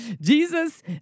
Jesus